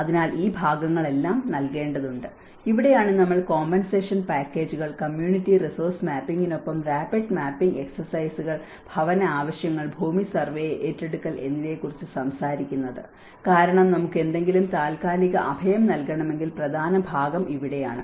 അതിനാൽ ഈ ഭാഗങ്ങളെല്ലാം നൽകേണ്ടതുണ്ട് ഇവിടെയാണ് നമ്മൾ കോമ്പൻസേഷൻ പാക്കേജുകൾ കമ്മ്യൂണിറ്റി റിസോഴ്സ് മാപ്പിംഗിനൊപ്പം റാപിഡ് മാപ്പിംഗ് എക്സർസൈസുകൾ ഭവന ആവശ്യങ്ങൾ ഭൂമി സർവേ ഏറ്റെടുക്കൽ എന്നിവയെക്കുറിച്ച് സംസാരിക്കുന്നത് കാരണം നമുക്ക് എന്തെങ്കിലും താൽക്കാലിക അഭയം നൽകണമെങ്കിൽ പ്രധാന ഭാഗം ഇവിടെയാണ്